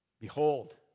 behold